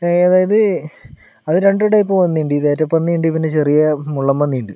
അതായത് അത് രണ്ട് ടൈപ്പ് പന്നിയുണ്ട് പിന്നെ ചെറിയ മുള്ളൻ പന്നിയുണ്ട്